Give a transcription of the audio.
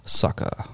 sucker